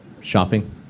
Shopping